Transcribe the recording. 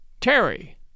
Terry